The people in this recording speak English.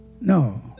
No